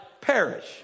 perish